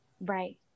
Right